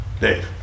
Dave